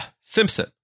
Simpson